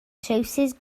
trowsus